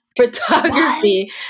photography